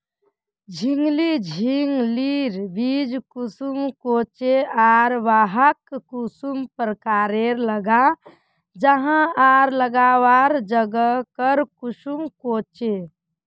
झिंगली झिंग लिर बीज कुंसम होचे आर वाहक कुंसम प्रकारेर लगा जाहा आर लगवार संगकर कुंसम होचे?